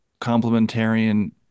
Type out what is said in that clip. complementarian